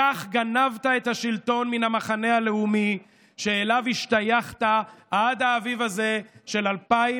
כך גנבת את השלטון מן המחנה הלאומי שאליו השתייכת עד האביב הזה של 2021,